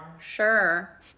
Sure